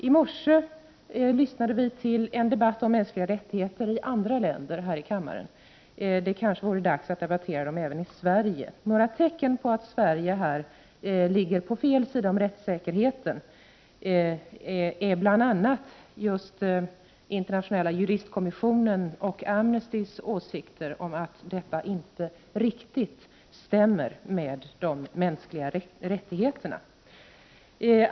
I morse lyssnade vi till en debatt om mänskliga rättigheter i andra länder här i kammaren. Det kanske vore dags att debattera dem även i Sverige. Ett tecken på att Sverige här ligger på fel sida om rättssäkerheten är bl.a. just internationella juristkommissionens och Amnestys åsikter att detta inte riktigt stämmer med de mänskliga rättigheterna.